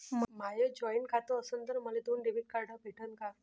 माय joint खातं असन तर मले दोन डेबिट कार्ड भेटन का?